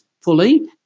fully